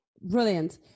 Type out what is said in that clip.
brilliant